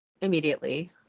immediately